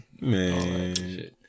Man